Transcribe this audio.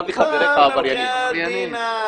נו, בחייאת דינק.